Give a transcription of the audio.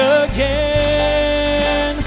again